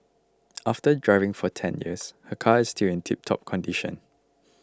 after driving for ten years her car is still in tiptop condition